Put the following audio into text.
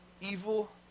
Evil